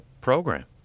program